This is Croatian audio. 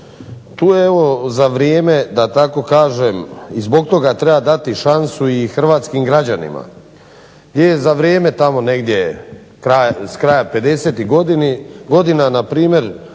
tu evo za vrijeme da tako kažem i zbog toga treba dati šansu i hrvatskim građanima, gdje je za vrijeme tamo negdje s kraja '50.-tih godina npr.